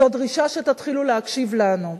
זו דרישה שתתחילו להקשיב לנו.